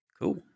cool